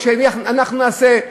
כשאנחנו נעשה,